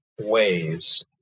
ways